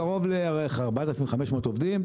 קרוב ל-4,500 עובדים.